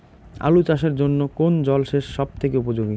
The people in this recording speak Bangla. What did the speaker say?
আলু চাষের জন্য কোন জল সেচ সব থেকে উপযোগী?